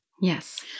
Yes